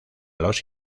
los